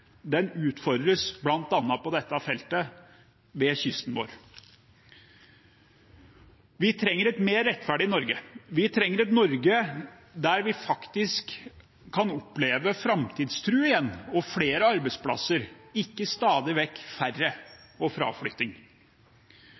utfordres, bl.a. på dette feltet, ved kysten vår. Vi trenger et mer rettferdig Norge. Vi trenger et Norge der vi faktisk kan oppleve framtidstro igjen og flere arbeidsplasser – ikke stadig vekk færre arbeidsplasser og fraflytting.